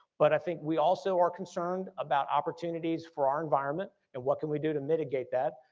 but i think we also are concerned about opportunities for our environment and what can we do to mitigate that.